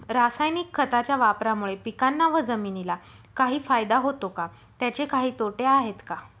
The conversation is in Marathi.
रासायनिक खताच्या वापरामुळे पिकांना व जमिनीला काही फायदा होतो का? त्याचे काही तोटे आहेत का?